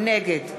נגד